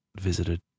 visited